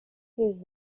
his